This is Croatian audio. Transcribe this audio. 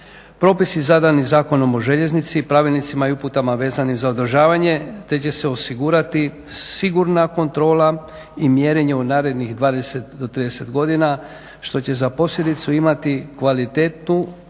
propisi zadani Zakonom o željeznici i pravilnicima i uputama vezanim za održavanje te će se osigurati sigurna kontrola i mjerenje u narednih 20 do 30 godina što će za posljedicu imati kvalitetnu analizu